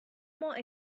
more